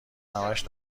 همش